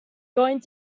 going